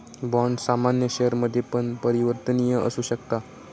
bond सामान्य शेयरमध्ये पण परिवर्तनीय असु शकता